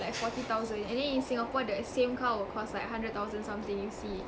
like forty thousand and then in singapore the same car will cost like hundred thousand something with C